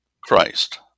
Christ